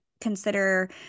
consider